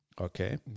Okay